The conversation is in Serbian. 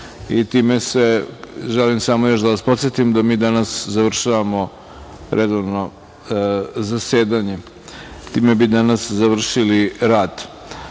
glasanju. Želim samo još da vas podsetim da mi danas završavamo redovno zasedanje. Time bi danas završili